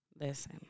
Listen